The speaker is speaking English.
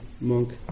monk